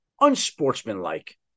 unsportsmanlike